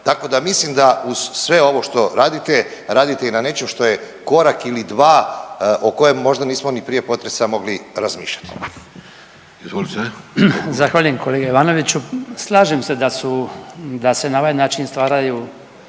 tako da mislim da uz sve ovo što radite, radite i na nečem što je korak ili dva o kojem možda nismo ni prije potresa mogli razmišljati. **Vidović, Davorko (Socijaldemokrati)**